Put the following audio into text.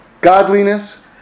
godliness